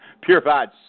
Purified